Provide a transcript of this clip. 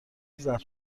ضبط